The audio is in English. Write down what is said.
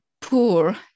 poor